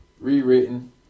rewritten